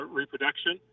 reproduction